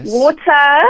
water